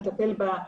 לטפל בה,